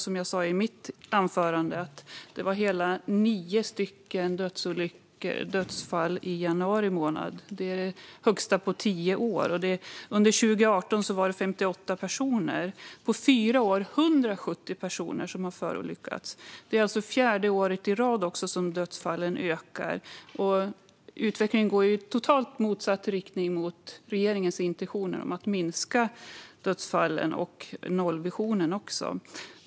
Som jag sa i mitt anförande var det hela nio dödsfall i januari månad, vilket är det högsta på tio år. Under 2018 förolyckades 58 personer, och på fyra år är det 170 personer som har förolyckats. Det är även fjärde året i rad som dödsfallen ökar. Utvecklingen går alltså i totalt motsatt riktning mot regeringens intentioner om att minska dödsfallen och även nollvisionen.